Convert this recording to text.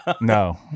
No